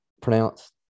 pronounced